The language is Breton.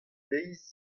deiz